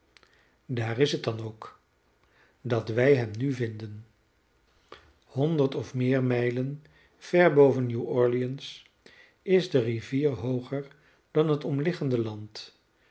daar is het dan ook dat wij hem nu vinden honderd of meer mijlen ver boven nieuw orleans is de rivier hooger dan het omliggende land